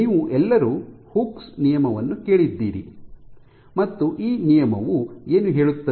ನೀವು ಎಲ್ಲರೂ Hooke's Hooke's ನಿಯಮ ವನ್ನು ಕೇಳಿದ್ದೀರಿ ಮತ್ತು ನಿಯಮ ವು ಏನು ಹೇಳುತ್ತದೆ